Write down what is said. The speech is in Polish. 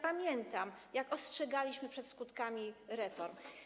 Pamiętam, jak ostrzegaliśmy przed skutkami reform.